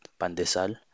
pandesal